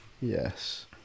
Yes